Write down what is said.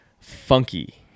funky